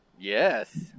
Yes